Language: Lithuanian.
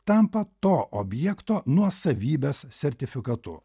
tampa to objekto nuosavybės sertifikatu